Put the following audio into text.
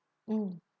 mm